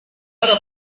are